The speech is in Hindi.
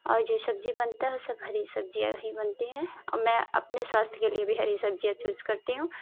और जो सब्ज़ियाँ बनती हैं वो हरी सब्ज़ियाँ हीं बनती हैं मैं अपने स्वास्थ्य के लिए भी हरी सब्ज़ियाँ चूज़ करती हूँ